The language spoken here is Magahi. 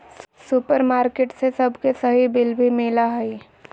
सुपरमार्केट से सबके सही बिल भी मिला हइ